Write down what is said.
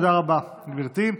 תודה רבה, גברתי.